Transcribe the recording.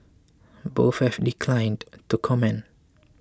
both have declined to comment